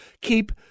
Keep